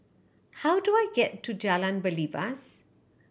how do I get to Jalan Belibas